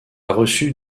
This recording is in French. reçu